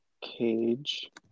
Cage